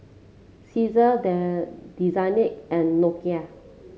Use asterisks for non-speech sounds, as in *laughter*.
Cesar *noise* Desigual and Nokia